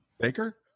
Baker